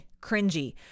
cringy